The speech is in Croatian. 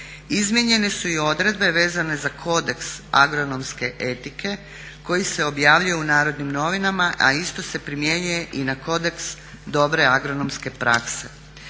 Izmijenjene su i odredbe vezane za kodeks agronomske etike koji se objavljuje u Narodnim novinama, a isto se primjenjuje na kodeks dobre agronomske prakse.